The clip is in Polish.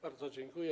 Bardzo dziękuję.